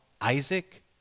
Isaac